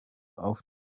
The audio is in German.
auf